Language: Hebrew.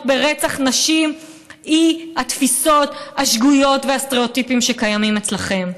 ברצח נשים היא התפיסות השגויות והסטריאוטיפים שקיימים אצלכם.